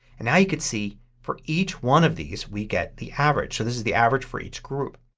and now you can see for each one of these we get the average. so this is the average for each group.